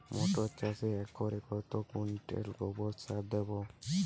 মটর চাষে একরে কত কুইন্টাল গোবরসার দেবো?